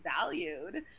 valued